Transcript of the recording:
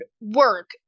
work